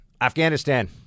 Afghanistan